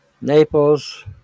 Naples